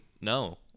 No